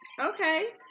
Okay